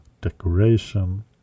decoration